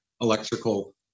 electrical